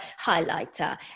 highlighter